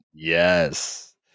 Yes